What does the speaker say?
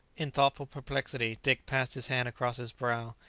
in thoughtful perplexity, dick passed his hand across his brow.